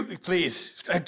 Please